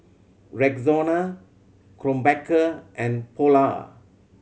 Rexona Krombacher and Polar